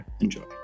Enjoy